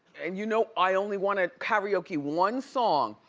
and you know i only wanna karaoke one song.